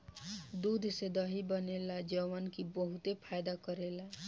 दूध से दही बनेला जवन की बहुते फायदा करेला